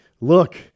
Look